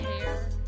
hair